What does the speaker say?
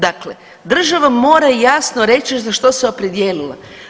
Dakle, država mora jasno reći za što se opredijelila.